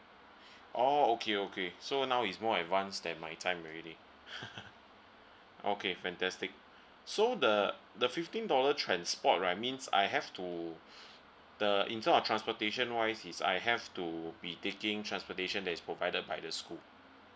oh okay okay so now is more advance that my time already okay fantastic so the the fifteen dollar transport right means I have to the in term of transportation wise is I have to be taking transportation that is provided by the school